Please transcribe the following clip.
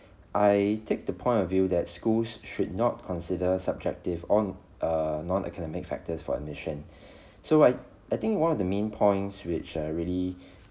I take the point of view that schools should not consider subjective or uh non academic factors for admission so I I think one of the main points which uh really